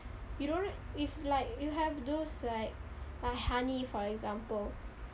you don't if like if have those like like honey for example